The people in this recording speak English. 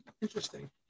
interesting